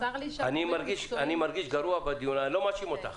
אני מרגיש גרוע בדיון, אני לא מאשים אותך.